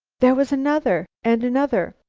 there was another and another.